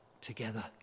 together